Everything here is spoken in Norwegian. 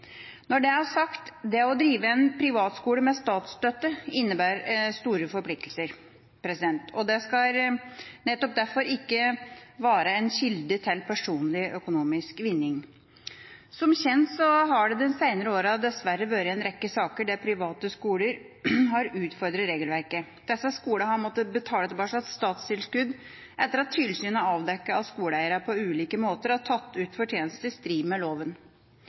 Når det er sagt, innebærer det store forpliktelser å drive en privatskole med statsstøtte, og nettopp derfor skal det ikke være en kilde til personlig økonomisk vinning. Som kjent har det de senere årene dessverre vært en rekke saker der private skoler har utfordret regelverket. Disse skolene har måttet betale tilbake statstilskudd etter at tilsynet avdekket at skoleeierne på ulike måter har tatt ut fortjeneste i strid med loven.